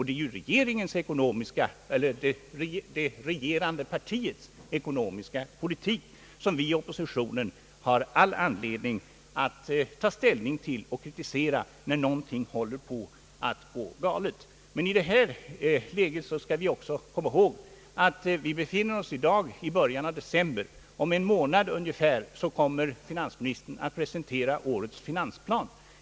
Det är det regerande partiets ekonomiska politik som vi i oppositionen har anledning att ta ställning till och kritisera när någonting håller på att gå galet. I detta läge skall vi också komma ihåg att vi i dag befinner oss i början av december. Om ungefär en månad kommer finansministern att presentera nästa års finansplan.